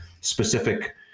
specific